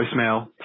voicemail